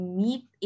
meet